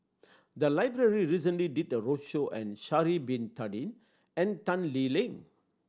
the library recently did a roadshow and Sha'ari Bin Tadin and Tan Lee Leng